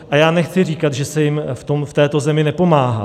A já nechci říkat, že se jim v této zemi nepomáhá.